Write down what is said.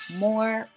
more